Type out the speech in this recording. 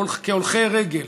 כהולכי רגל,